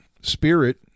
Spirit